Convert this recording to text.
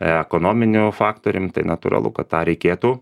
ekonominiu faktorium tai natūralu kad tą reikėtų